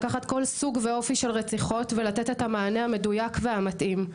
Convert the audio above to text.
לקחת כל סוג ואופי של רציחות ולתת את המענה המדויק והמתאים.